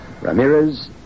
Ramirez